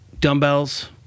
Dumbbells